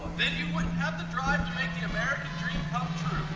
then you wouldn't have to drive to make the american dream come